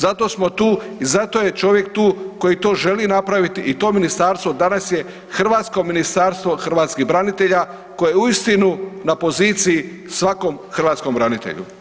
Zato smo tu i zato je čovjek tu koji želi to napraviti i to ministarstvo danas je hrvatsko Ministarstvo hrvatskih branitelja koje je uistinu na poziciji svakom hrvatskom branitelju.